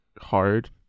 hard